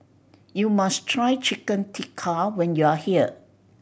you must try Chicken Tikka when you are here